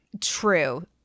True